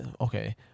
okay